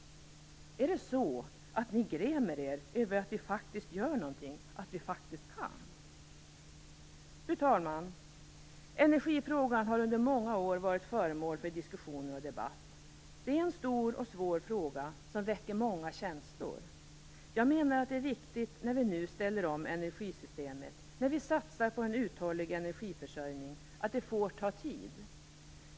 Är det så att ni grämer er över att vi faktiskt gör någonting, att vi faktiskt kan? Fru talman! Energifrågan har under många år varit föremål för diskussioner och debatt. Det är en stor och svår fråga som väcker många känslor. Jag menar att det är viktigt när vi nu ställer om energisystemet, när vi satsar på en uthållig energiförsörjning, att det får ta tid.